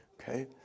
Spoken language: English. okay